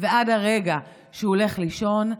ועד רגע שהוא הולך לישון,